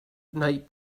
night